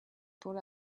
put